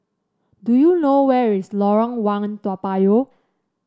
do you know where is Lorong One Toa Payoh